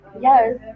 yes